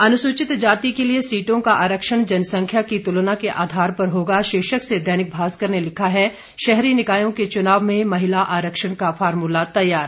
अनुसूचित जाति के लिए सीटों का आरक्षण जनसंख्या की तुलना के आधार पर होगा शीर्षक से दैनिक भास्कर ने लिखा है शहरी निकायों के चुनाव में महिला आरक्षण का फार्मुला तैयार